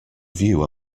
view